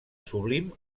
sublim